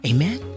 Amen